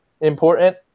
important